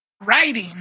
writing